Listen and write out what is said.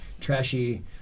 trashy